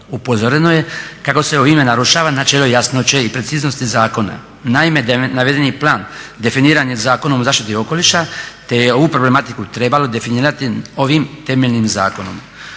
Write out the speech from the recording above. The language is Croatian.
Upozoreno je kako se ovime narušava načelo jasnoće i preciznosti zakona. Naime, navedeni plan definiran je Zakonom o zaštiti okoliša, te je ovu problematiku trebalo definirati ovim temeljnim zakonom.